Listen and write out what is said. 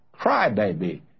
crybaby